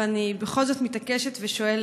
ואני בכל זאת מתעקשת ושואלת,